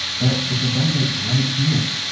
but it's abundant right here,